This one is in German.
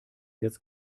jetzt